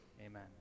Amen